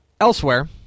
Elsewhere